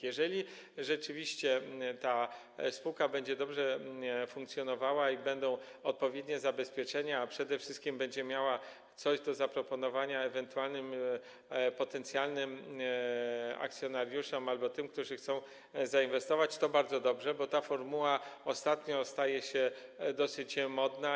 Jeżeli taka spółka będzie dobrze funkcjonowała i będą odpowiednie zabezpieczenia, a przede wszystkim jeżeli będzie miała coś do zaproponowania ewentualnym, potencjalnym akcjonariuszom albo tym, którzy chcą zainwestować, to bardzo dobrze, bo ta formuła ostatnio staje się dosyć modna.